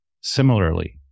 similarly